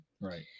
Right